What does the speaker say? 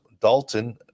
Dalton